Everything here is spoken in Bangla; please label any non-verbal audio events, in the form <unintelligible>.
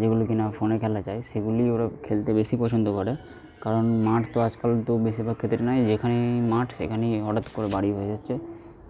যেগুলো কিনা ফোনে খেলা যায় সেগুলিই ওরা খেলতে বেশি পছন্দ করে কারণ মাঠ তো আজকাল তো বেশিরভাগ <unintelligible> নেই যেখানেই মাঠ সেখানেই হঠাৎ করে বাড়ি হয়ে যাচ্ছে